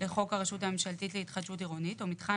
"לחוק הרשות הממשלתית להתחדשות עירונית או מתחם